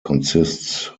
consists